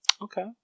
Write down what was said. Okay